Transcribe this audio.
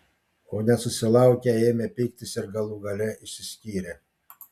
o nesusilaukę ėmė pyktis ir galų gale išsiskyrė